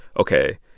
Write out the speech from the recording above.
ok,